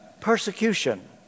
persecution